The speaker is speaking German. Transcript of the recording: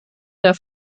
der